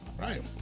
right